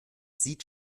sieht